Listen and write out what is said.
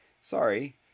Sorry